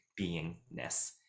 beingness